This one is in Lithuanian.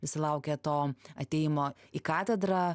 visi laukia to atėjimo į katedrą